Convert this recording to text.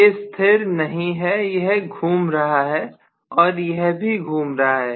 ये स्थिर नहीं हैंयह घूम रहा है और यह भी घूम रहा है